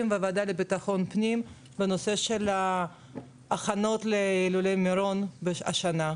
והוועדה לביטחון הפנים בנושא של ההכנות להילולה במירון השנה.